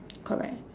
correct